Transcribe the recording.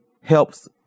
helps